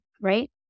right